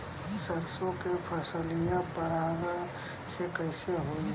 सरसो के फसलिया परागण से कईसे होई?